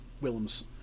Willem's